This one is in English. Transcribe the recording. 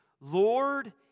Lord